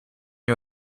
you